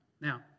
Now